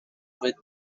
with